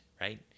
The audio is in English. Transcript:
right